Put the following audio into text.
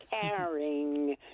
caring